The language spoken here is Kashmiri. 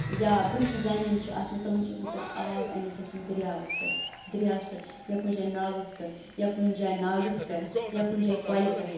یا برٛونٛہِم زَنہِ یِم چھِ آسمٕژ تِمَن چھِ اوسمُت پٮ۪وان آب اَنہِ گژھُن دٔریاوَس پٮ۪ٹھ دٔرۍیاوَس پٮ۪ٹھ یا کُنہِ جایہِ نالَس پٮ۪ٹھ یا کُنہِ جایہِ ناگَس پٮ۪ٹھ یا کُنہِ جایہِ کۄلہِ پٮ۪ٹھ